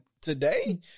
today